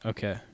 Okay